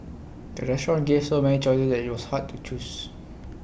the restaurant gave so many choices that IT was hard to choose